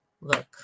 Look